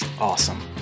Awesome